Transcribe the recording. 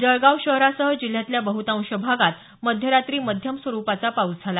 जळगाव शहरासह जिल्ह्यातल्या बह्तांश भागात मध्यरात्री मध्यम स्वरूपाचा पाऊस झाला